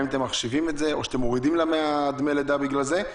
האם אתם מחשיבים את זה או מורידים לה מדמי הלידה בגלל זה?